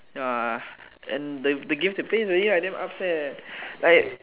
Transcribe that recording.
ya and the the games they play is really like damn upz leh like